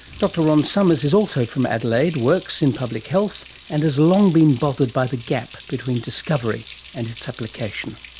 dr ron somers is also from adelaide, works in public health and has long been bothered by the gap between discovery and its application.